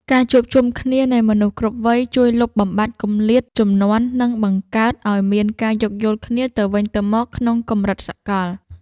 ការជួបជុំគ្នានៃមនុស្សគ្រប់វ័យ ជួយលុបបំបាត់គម្លាតជំនាន់ និងបង្កើតឱ្យមានការយោគយល់គ្នាទៅវិញទៅមកក្នុងកម្រិតសកល។